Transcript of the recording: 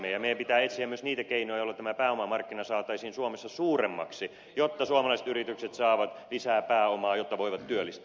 meidän pitää etsiä myös niitä keinoja joilla tämä pääomamarkkina saataisiin suomessa suuremmaksi jotta suomalaiset yritykset saavat lisää pääomaa jotta voivat työllistää